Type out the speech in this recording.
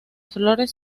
flores